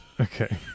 okay